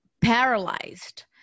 paralyzed